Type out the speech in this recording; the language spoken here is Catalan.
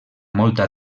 molta